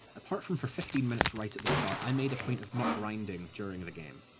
apart from for fifteen minutes right at the start, i made a point of not grinding during the game.